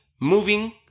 moving